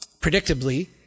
Predictably